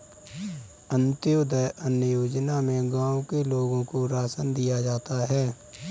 अंत्योदय अन्न योजना में गांव के लोगों को राशन दिया जाता है